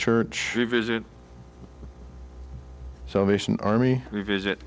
church revisit so nation army revisit